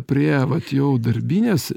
prie vat jau darbinės